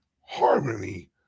harmony